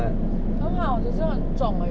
no [what] 我只说很重而已